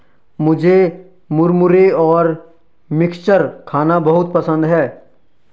मुझे मुरमुरे और मिक्सचर खाना बहुत पसंद है